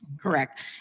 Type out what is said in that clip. Correct